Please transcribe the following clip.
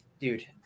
dude